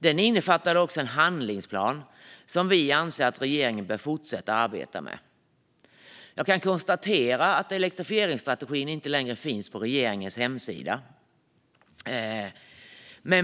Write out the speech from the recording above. Den innefattade också en handlingsplan som vi anser att regeringen bör fortsätta att arbeta med. Jag kan konstatera att elektrifieringsstrategin inte längre finns på regeringens hemsida.